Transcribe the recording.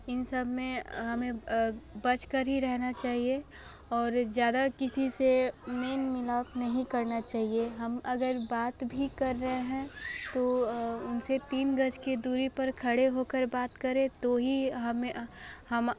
इन सब में हमें बच कर ही रहना चाहिए और ज़्यादा किसी से मेल मिलाप नहीं करना चाहिए हम अगर बात भी कर रहे हैं तो उनसे तीन गज की दूरी पर खड़े हो कर बात करें तो ही हमें हमा